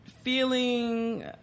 feeling